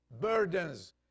burdens